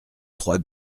trois